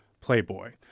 Playboy